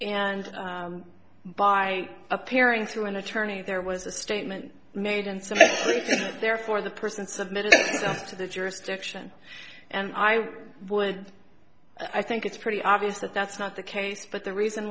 and by appearing through an attorney there was a statement made and so therefore the person submitted to the jurisdiction and i would i think it's pretty obvious that that's not the case but the reason